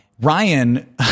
Ryan